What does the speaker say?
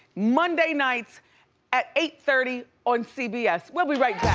monday nights at eight thirty on cbs, we'll be right